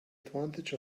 advantage